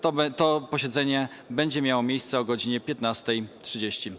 To posiedzenie będzie miało miejsce od godz. 15.30.